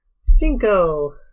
Cinco